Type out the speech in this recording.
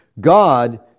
God